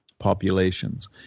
populations